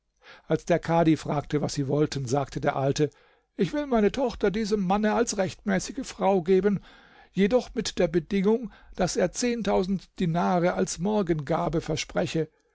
als der kadhi fragte was sie wollten sagte der alte ich will meine tochter diesem manne als rechtmäßige frau geben jedoch mit der bedingung daß er zehntausend dinare als morgengabe verspreche